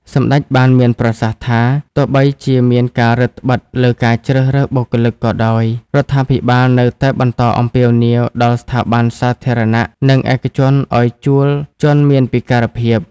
សម្តេចបានមានប្រសាសន៍ថា “ទោះបីជាមានការរឹតត្បិតលើការជ្រើសរើសបុគ្គលិកក៏ដោយ រដ្ឋាភិបាលនៅតែបន្តអំពាវនាវដល់ស្ថាប័នសាធារណៈនិងឯកជនឱ្យជួលជនមានពិការភាព។